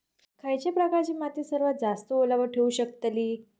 खयच्या प्रकारची माती सर्वात जास्त ओलावा ठेवू शकतली?